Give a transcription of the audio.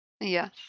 Yes